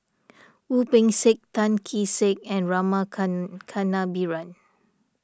Wu Peng Seng Tan Kee Sek and Rama Kannabiran